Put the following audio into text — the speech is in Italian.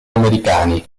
americani